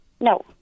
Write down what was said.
No